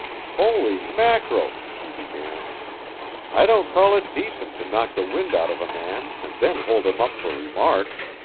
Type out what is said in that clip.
holy mackerel, he began i don't call it decent to knock the wind out of a man and then hold him up for remarks.